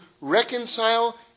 reconcile